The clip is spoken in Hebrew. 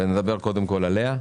ונדבר קודם כול עליה.